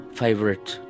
favorite